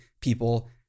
people